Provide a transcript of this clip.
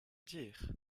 dire